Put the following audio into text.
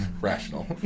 Rational